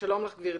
שלום לך, גברתי,